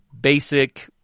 basic